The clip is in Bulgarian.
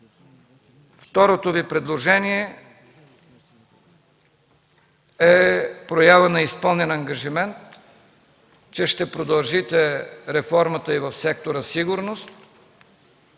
второто Ви предложение е проява на изпълнен ангажимент, че ще продължите реформата и в сектора „Сигурност”